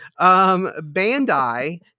Bandai